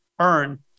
earn